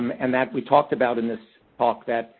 um and that we talked about in this talk that,